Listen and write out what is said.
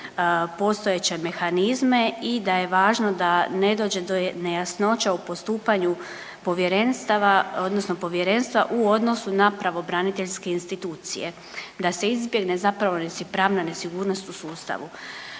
postojeće mehanizme i da je važno da ne dođe do nejasnoća u postupanju povjerenstva odnosno povjerenstva u odnosu na pravobraniteljske institucije, da se izbjegne zapravo pravna nesigurnost u sustavu.